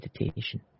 meditation